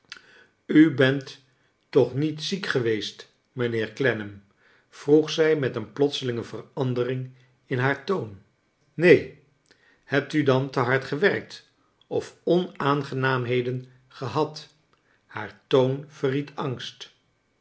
u bent toch niet ziek geweest mijnheer clennam vroeg zij met een plots elinge verandering in haar toon neen hebt u dan te hard gewerkt of onaangenaamheden gehad t haar toon verried angst